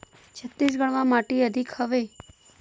छत्तीसगढ़ म का माटी अधिक हवे?